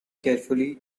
carefully